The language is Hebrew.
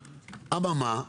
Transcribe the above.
אממה?